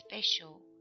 special